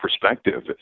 perspective